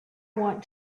want